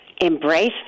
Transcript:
embrace